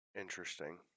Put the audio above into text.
interesting